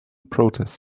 protest